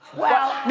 well.